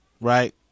right